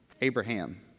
Abraham